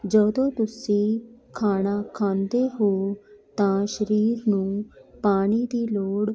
ਜਦੋਂ ਤੁਸੀਂ ਖਾਣਾ ਖਾਂਦੇ ਹੋ ਤਾਂ ਸ਼ਰੀਰ ਨੂੰ ਪਾਣੀ ਦੀ ਲੋੜ